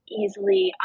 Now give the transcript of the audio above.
easily